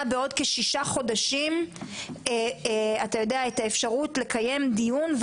בעוד כשישה חודשים את האפשרות לקיים דיון,